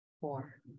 four